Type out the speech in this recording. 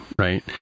right